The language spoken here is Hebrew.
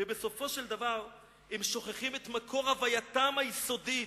ובסופו של דבר הם שוכחים את מקור הווייתם היסודית.